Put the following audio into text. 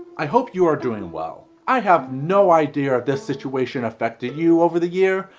i hope you are doing well. i have no idea if this situation affected you over the year,